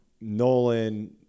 Nolan